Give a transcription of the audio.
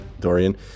Dorian